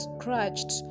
scratched